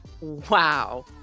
wow